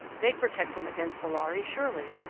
they'd protect him against the lhari, surely.